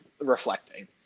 reflecting